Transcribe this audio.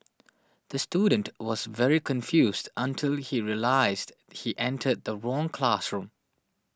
the student was very confused until he realised he entered the wrong classroom